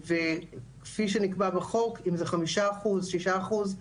וכפי שנקבע בחוק, אם זה חמישה אחוז, שישה אחוז,